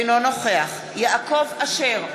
אינו נוכח יעקב אשר,